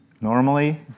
Normally